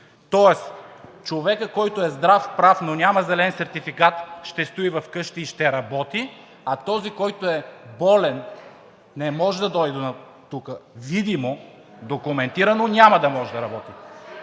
Тоест човекът, който е здрав, прав, но няма зелен сертификат, ще стои вкъщи и ще работи, а този, който е болен, не може да дойде тук – видимо, документирано, няма да може да работи?